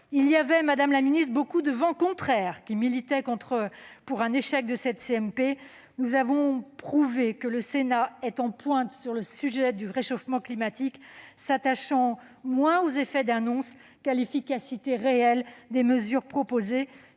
Il y avait, madame la ministre, beaucoup de vents contraires qui allaient dans le sens d'un échec de cette CMP. Nous avons prouvé, ensemble, que le Sénat est en pointe sur le sujet du réchauffement climatique, s'attachant moins aux effets d'annonce qu'à l'efficacité réelle des mesures proposées.